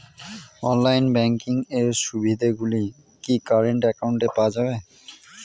Online banking এর সুবিধে গুলি কি কারেন্ট অ্যাকাউন্টে পাওয়া যাবে?